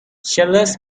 shirtless